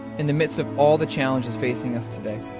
in the midst of all the challenges facing us today,